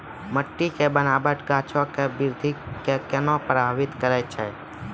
मट्टी के बनावट गाछो के वृद्धि के केना प्रभावित करै छै?